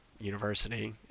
university